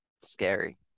Scary